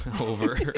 over